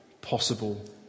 possible